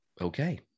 Okay